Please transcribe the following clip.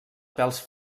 pèls